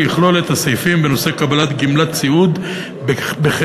יכלול את הסעיפים בנושא קבל גמלת סיעוד בכסף,